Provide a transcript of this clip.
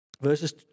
Verses